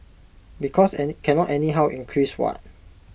because any cannot anyhow increase what